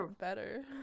better